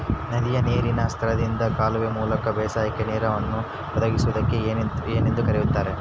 ನದಿಯ ನೇರಿನ ಸ್ಥಳದಿಂದ ಕಾಲುವೆಯ ಮೂಲಕ ಬೇಸಾಯಕ್ಕೆ ನೇರನ್ನು ಒದಗಿಸುವುದಕ್ಕೆ ಏನೆಂದು ಕರೆಯುತ್ತಾರೆ?